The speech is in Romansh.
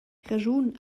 raschun